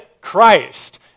Christ